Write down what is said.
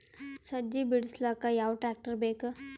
ಸಜ್ಜಿ ಬಿಡಿಸಿಲಕ ಯಾವ ಟ್ರಾಕ್ಟರ್ ಬೇಕ?